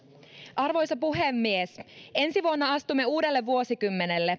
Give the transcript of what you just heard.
arvoisa puhemies ensi vuonna astumme uudelle vuosikymmenelle